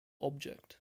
object